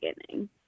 beginning